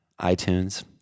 iTunes